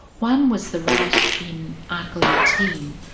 one was the right in article eighteen,